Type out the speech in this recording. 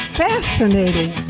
fascinating